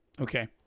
Okay